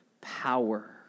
power